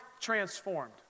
transformed